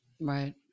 Right